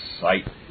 sight